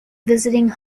visiting